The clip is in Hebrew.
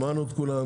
שמענו את כולם,